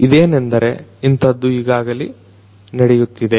ಹಾಗಾಗಿ ಇದೇನೆಂದರೆ ಇಂತಹದ್ದು ಈಗಾಗಲೇ ನಡೆಯುತ್ತಿದೆ